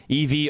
EV